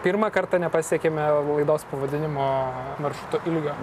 pirmą kartą nepasiekėme laidos pavadinimo maršruto ilgio